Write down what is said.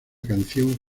canción